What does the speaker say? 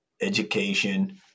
education